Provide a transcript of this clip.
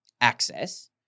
access